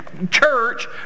church